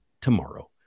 tomorrow